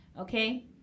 Okay